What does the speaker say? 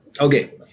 okay